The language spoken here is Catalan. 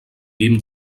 guim